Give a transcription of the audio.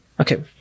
okay